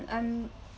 I'm